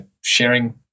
sharing